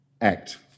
act